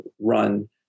run